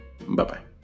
Bye-bye